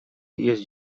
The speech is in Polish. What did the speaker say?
jest